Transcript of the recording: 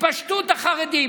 התפשטות החרדים.